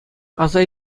аса